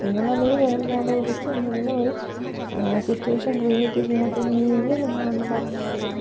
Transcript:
നിങ്ങളല്ലങ്ങി വേറെ ഒരാളെ വിളിച്ച് എന്തെങ്കിലുമൊരു സിറ്റുവേഷൻ ക്രീയേറ്റ് ചെയ്യാത്ത രീതിയിൽ നിങ്ങളൊന്നു പറയണമായിരുന്നു